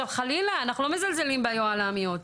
אנחנו לא מזלזלים ביוהל"מיות,